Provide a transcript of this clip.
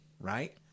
right